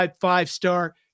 five-star